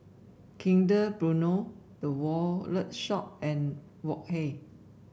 Kinder Bueno The Wallet Shop and Wok Hey